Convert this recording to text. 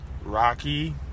Rocky